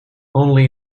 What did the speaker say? only